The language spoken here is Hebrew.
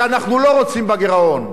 שאנחנו לא רוצים בה גירעון.